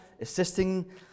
assisting